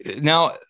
Now